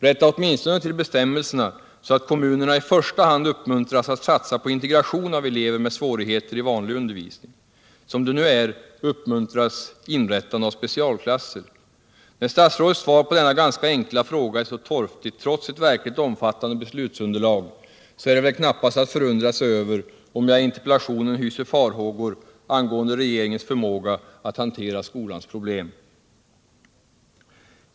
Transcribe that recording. Rätta åtminstone till bestämmelserna, så att kommunerna i första hand uppmuntras att satsa på integration av elever med svårigheter i vanlig undervisning! Som det nu är uppmuntras inrättande av specialklasser. När statsrådets svar på denna ganska enkla fråga är så torftigt trots ett verkligt omfattande beslutsunderlag, är det väl knappast att förundra sig över att jag i interpellationen hyser farhågor angående regeringens förmåga att hantera skolans problem.